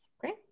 great